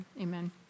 Amen